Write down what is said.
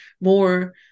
more